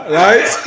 right